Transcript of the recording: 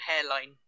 hairline